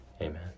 Amen